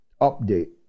update